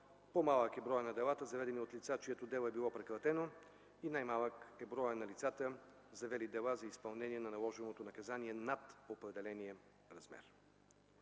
По-малък е броят на делата, заведени от лица, чието дело е било прекратено. Най-малък е броят на лицата, завели дела за изпълнение на наложеното наказание над определения размер.